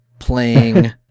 playing